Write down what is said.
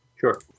Sure